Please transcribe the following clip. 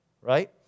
right